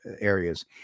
areas